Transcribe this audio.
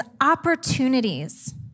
opportunities